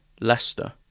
Leicester